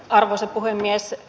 arvoisa puhemies